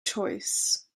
choice